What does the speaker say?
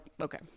okay